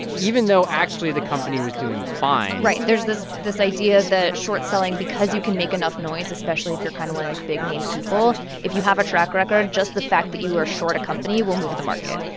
even though actually the company was doing fine right. there's this this idea that short selling because you can make enough noise, especially if you're kind of one of these big-name people if you have a track record, just the fact that you are short a company will move the market.